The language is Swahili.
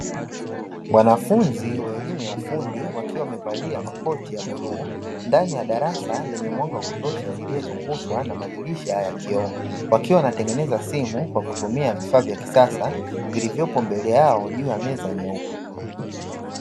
Wanafunzi wa elimu ya ufundi wakiwa wamevalia makoti ya bluu ndani ya darasa lenye mwanga wa kutosha lililozungukwa na madirisha ya kioo, wakiwa wanatengeneza simu kwa kutumia vifaa vya kisasa vilivyopo mbele yao juu ya meza nyeupe.